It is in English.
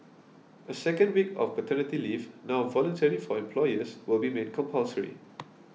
a second week of paternity leave now voluntary for employers will be made compulsory